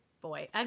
boy